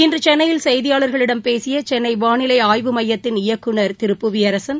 இன்று சென்னையில் செய்தியாளர்களிடம் பேசிய சென்னை வானிலை ஆய்வு மையத்தின் இயக்குநர் திரு புவியரசன்